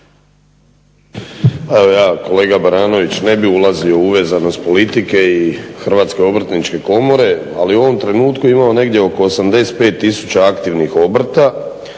evo ja kolega Baranović ne bih ulazio u uvezanost politike i HOK-a ali u ovom trenutku imamo negdje oko 85 tisuća aktivnih obrta,